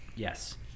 Yes